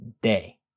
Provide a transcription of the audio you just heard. Day